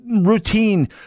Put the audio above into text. routine